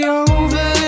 over